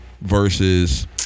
versus